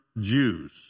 Jews